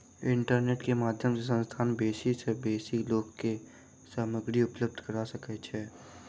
internet के माध्यम सॅ संस्थान बेसी सॅ बेसी लोक के सामग्री उपलब्ध करा सकै छै